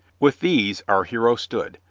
with these our hero stood,